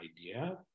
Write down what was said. idea